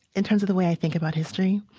in terms of the way i think about history,